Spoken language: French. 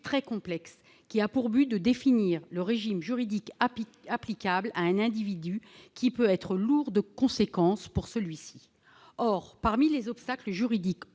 très complexe ayant pour but de définir le régime juridique applicable à un individu qui peut être lourd de conséquences pour celui-ci. Or, parmi les obstacles juridiques